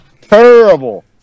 Terrible